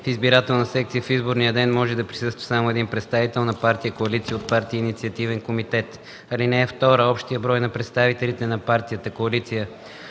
В избирателна секция в изборния ден може да присъства само един представител на партия, коалиция от партии и инициативен комитет. (2) Общият брой на представителите на партия, коалиция